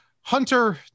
Hunter